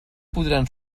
podrà